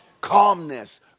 calmness